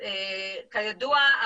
כידוע,